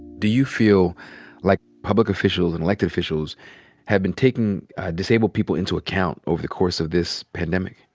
do you feel like public officials and elected officials have been taking disabled people into account over the course of this pandemic?